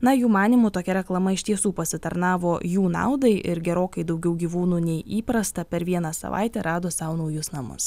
na jų manymu tokia reklama iš tiesų pasitarnavo jų naudai ir gerokai daugiau gyvūnų nei įprasta per vieną savaitę rado sau naujus namus